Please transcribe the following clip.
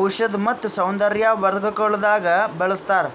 ಔಷಧ್ ಮತ್ತ ಸೌಂದರ್ಯ ವರ್ಧಕಗೊಳ್ದಾಗ್ ಬಳ್ಸತಾರ್